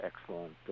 excellent